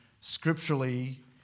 scripturally